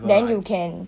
then you can